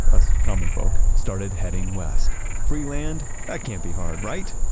us common folk, started heading west. free land, that can't be hard. right?